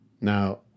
now